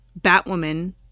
Batwoman